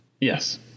yes